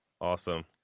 Awesome